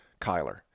Kyler